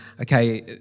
okay